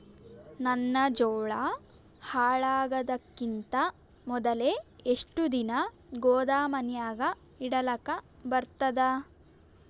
ನನ್ನ ಜೋಳಾ ಹಾಳಾಗದಕ್ಕಿಂತ ಮೊದಲೇ ಎಷ್ಟು ದಿನ ಗೊದಾಮನ್ಯಾಗ ಇಡಲಕ ಬರ್ತಾದ?